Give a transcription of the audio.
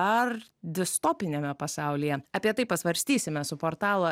ar distopiniame pasaulyje apie tai pasvarstysime su portalo